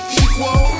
equal